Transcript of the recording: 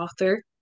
author